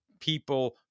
people